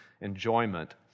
enjoyment